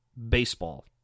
Baseball